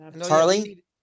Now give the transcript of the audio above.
Charlie